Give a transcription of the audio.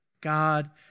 God